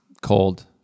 Cold